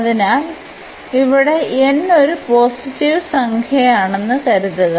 അതിനാൽ ഇവിടെ n ഒരു പോസിറ്റീവ് സംഖ്യയാണെന്ന് കരുതുക